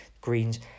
greens